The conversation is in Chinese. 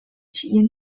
起因